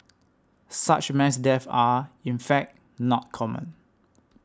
such mass deaths are in fact not common